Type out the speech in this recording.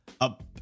up